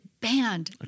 banned